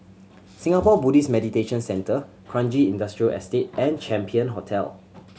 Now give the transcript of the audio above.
Singapore Buddhist Meditation Centre Kranji Industrial Estate and Champion Hotel